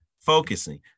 focusing